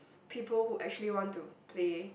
people who actually want to play